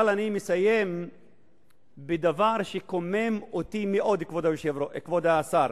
אבל אני מסיים בדבר שקומם אותי מאוד, כבוד השר.